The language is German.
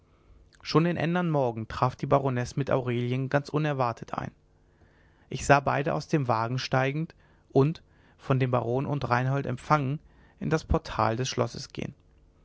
schon den ändern morgen traf die baronesse mit aurelien ganz unerwartet ein ich sah beide aus dem wagen steigen und von dem baron und reinhold empfangen in das portal des schlosses gehen